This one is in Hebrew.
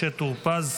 משה טור פז,